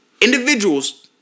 individuals